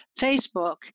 Facebook